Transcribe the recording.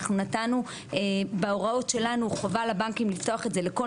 אנחנו נתנו בהוראות שלנו חובה לבנקים לפתוח את זה לכל